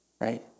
Right